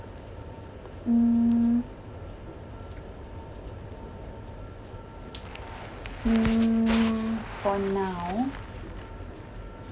mm mm for now